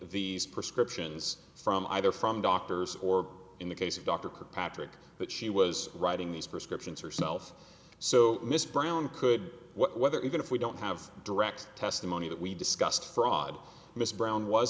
these prescriptions from either from doctors or in the case of dr kirkpatrick that she was writing these prescriptions herself so miss brown could whether even if we don't have direct testimony that we discussed fraud mr brown was